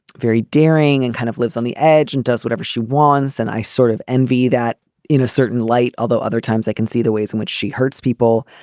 very daring and kind of lives on the edge and does whatever she wants and i sort of envy that in a certain light although other times i can see the ways in which she hurts people.